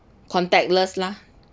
contactless lah